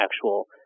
actual